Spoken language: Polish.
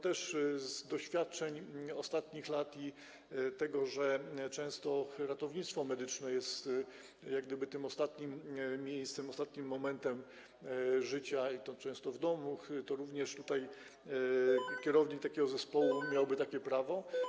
Też z doświadczeń ostatnich lat i tego, że często ratownictwo medyczne jest tym ostatnim miejscem, ostatnim momentem życia, i to często w domu, wynika, że również tutaj kierownik takiego zespołu miałby takie prawo.